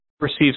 Receives